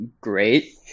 great